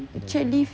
the jack lift